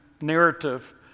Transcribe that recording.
narrative